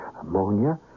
ammonia